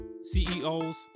CEOs